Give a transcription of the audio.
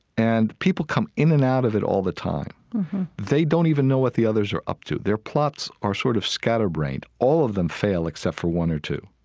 and people come in and out of it all the time mm-hmm they don't even know what the others are up to. their plots are sort of scatter-brained. all of them fail except for one or two.